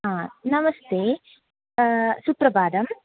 हा नमस्ते सुप्रभातम्